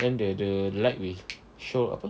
then the the light will show apa